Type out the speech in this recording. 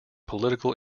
political